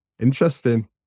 Interesting